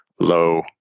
low